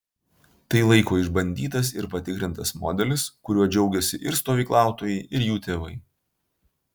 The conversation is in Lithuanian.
tai laiko išbandytas ir patikrintas modelis kuriuo džiaugiasi ir stovyklautojai ir jų tėvai